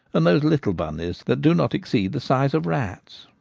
and those little bunnies that do not exceed the size of rats.